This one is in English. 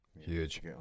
Huge